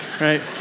right